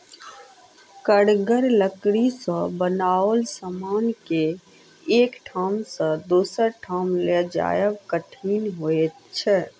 कड़गर लकड़ी सॅ बनाओल समान के एक ठाम सॅ दोसर ठाम ल जायब कठिन होइत छै